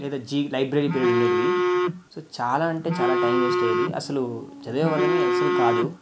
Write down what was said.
లేదా జీ library period ఉండేవి సో చాలా అంటే చాలా టైమ్ వేస్ట్ అయ్యేది అసలు చదివేవాళ్ళమే అసలు కాదు